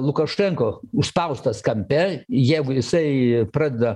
lukašenka užspaustas kampe jeigu jisai pradeda